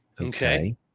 Okay